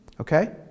okay